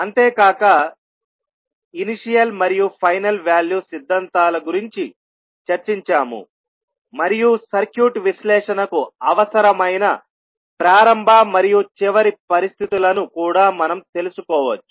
అంతేకాక ఇనిషియల్ మరియు final value సిద్ధాంతాల గురించి చర్చించాము మరియు సర్క్యూట్ విశ్లేషణకు అవసరమైన ప్రారంభ మరియు చివరి పరిస్థితులను కూడా మనం తెలుసుకోవచ్చు